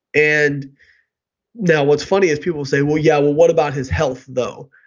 and now what's funny is people say, well yeah, well what about his health though?